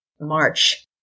March